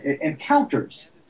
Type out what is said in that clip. encounters